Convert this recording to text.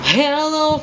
hello